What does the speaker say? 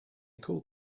called